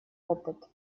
опыт